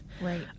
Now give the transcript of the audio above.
Right